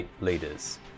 Leaders